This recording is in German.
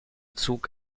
zug